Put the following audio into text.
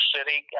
City